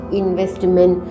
investment